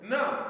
Now